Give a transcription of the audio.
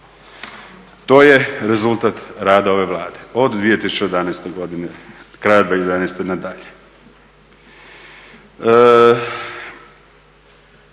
To je rezultat rada ove Vlade od 2011.krajem 2011.na dalje.